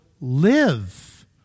live